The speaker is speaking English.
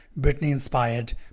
Britney-inspired